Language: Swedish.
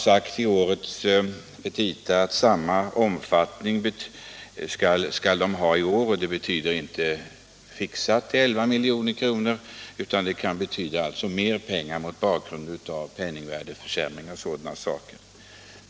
Att det i årets petita talas om en lika stor medelsanvisning betyder inte att beloppet är fixerat till 11 milj.kr., utan att det kan bli mer pengar med hänsyn till penningvärdeförsämring och annat.